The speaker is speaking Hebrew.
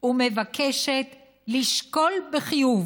ומבקשת לשקול בחיוב